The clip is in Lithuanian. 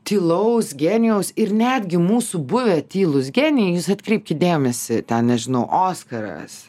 tylaus genijaus ir netgi mūsų buvę tylūs genijai jūs atkreipkit dėmesį ten nežinau oskaras